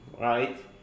right